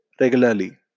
regularly